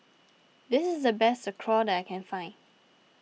this is the best Sauerkraut that I can find